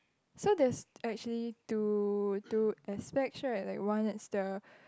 so that's actually two two aspects right like one is the